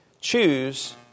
choose